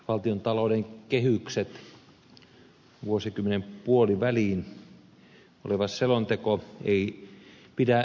valtiontalouden kehykset vuosikymmenen puoliväliin oleva selonteko ei pidä sisällään mitään uutta